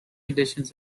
editions